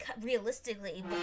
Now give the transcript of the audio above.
realistically